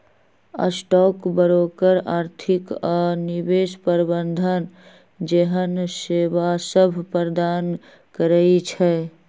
stock broker आर्थिक आऽ निवेश प्रबंधन जेहन सेवासभ प्रदान करई छै